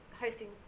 hosting